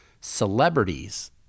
celebrities